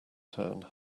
turn